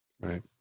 Right